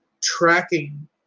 tracking